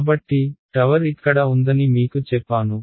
కాబట్టి టవర్ ఇక్కడ ఉందని మీకు చెప్పాను